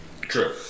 True